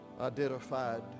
identified